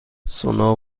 سونا